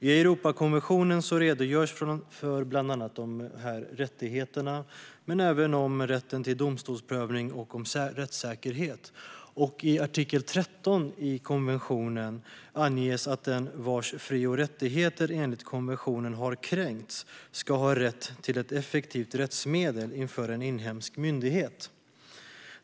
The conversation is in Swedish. I Europakonventionen redogörs för bland annat de rättigheterna, men även för rätt till domstolsprövning och rättssäkerhet. I artikel 13 i konventionen anges att den vars fri och rättigheter enligt konventionen har kränkts ska ha rätt till ett effektivt rättsmedel inför en inhemsk myndighet.